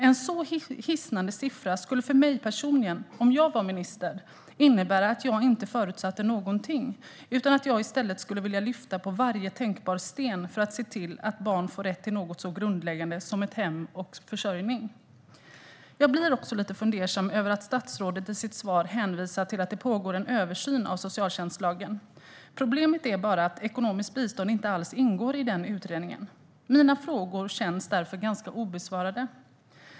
En så hisnande siffra skulle för mig personligen, om jag var minister, innebära att jag inte förutsatte någonting. Jag skulle i stället vilja lyfta på varje tänkbar sten för att se till att barn får rätt till något så grundläggande som ett hem och en försörjning. Jag blir också lite fundersam över att stadsrådet i sitt svar hänvisar till att det pågår en översyn av socialtjänstlagen. Problemet är bara att ekonomiskt bistånd inte alls ingår i den utredningen. Mina frågor känns därför ganska obesvarade.